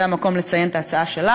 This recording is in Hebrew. זה המקום לציין את ההצעה שלך,